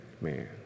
Man